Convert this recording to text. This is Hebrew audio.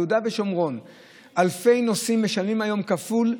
ביהודה ושומרון אלפי נוסעים משלמים היום כפול.